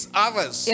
hours